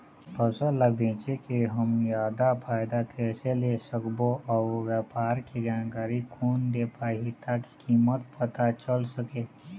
फसल ला बेचे के हम जादा फायदा कैसे ले सकबो अउ व्यापार के जानकारी कोन दे पाही ताकि कीमत पता चल सके?